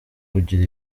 ugira